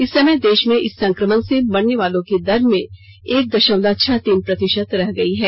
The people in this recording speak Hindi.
इस समय देश में इस संक्रमण से मरने वालों की दर एक दशमलव छह तीन प्रतिशत रह गई है